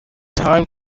time